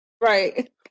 Right